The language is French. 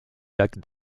lac